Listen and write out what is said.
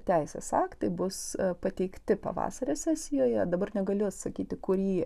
teisės aktai bus pateikti pavasario sesijoje dabar negaliu atsakyti kurį